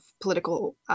political